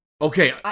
Okay